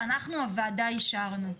שאנחנו הוועדה אישרנו.